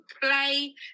play